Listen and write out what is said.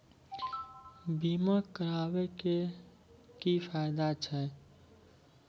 बीमा कराबै के की फायदा छै?